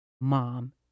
Mom